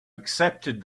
accepted